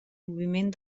moviment